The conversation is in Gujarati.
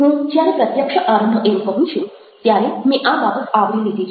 હું જ્યારે પ્રત્યક્ષ આરંભ એમ કહું છું ત્યારે મેં આ બાબત આવરી લીધી છે